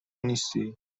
نیستی